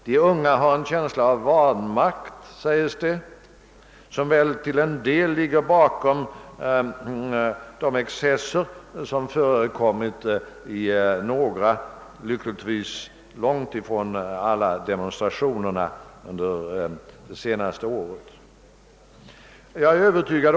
De unga har en känsla av vanmakt, sägs det, som väl till en del ligger bakom de excesser som förekommit i några — lyckligtvis långt ifrån alla — demonstrationer under det senaste året.